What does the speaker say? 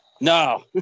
No